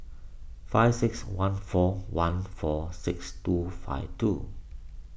five six one four one four six two five two